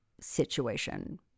situation